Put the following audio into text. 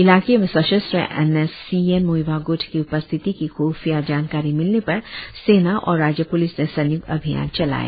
इलाके में सशस्त्र N S C N Muivah ग्ट की उपस्थिति की ख्फिया जानकारी मिलने पर सेना और राज्य प्लिस ने संय्क्त अभियान चलाया